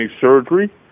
surgery